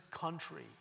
country